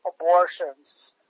abortions